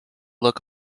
look